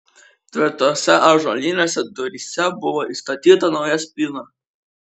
tvirtose ąžuolinėse duryse buvo įstatyta nauja spyna